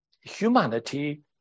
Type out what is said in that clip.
humanity